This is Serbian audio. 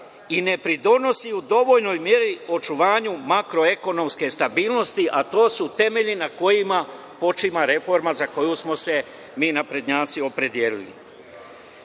i ne pridonosi u dovoljnoj meri očuvanju makro-ekonomske stabilnosti, a to su temelji na kojima počiva reforma za koju smo se mi naprednjaci opredelili.